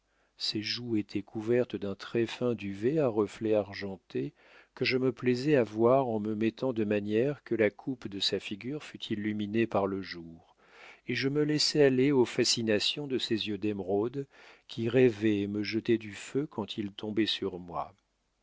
ses joues étaient couvertes d'un très-fin duvet à reflets argentés que je me plaisais à voir en me mettant de manière que la coupe de sa figure fût illuminée par le jour et je me laissais aller aux fascinations de ces yeux d'émeraude qui rêvaient et me jetaient du feu quand ils tombaient sur moi